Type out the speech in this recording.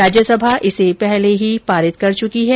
राज्य सभा इसे पहले ही पारित कर चुकी है